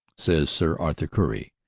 says sir arthur currie,